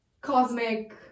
cosmic